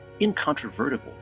incontrovertible